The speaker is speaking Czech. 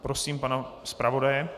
Prosím pana zpravodaje.